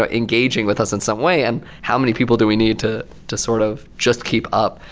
ah engaging with us in some way, and how many people do we need to to sort of just keep up?